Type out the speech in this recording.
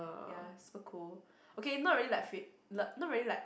ya so cool okay not really fa~ like not really like